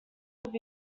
could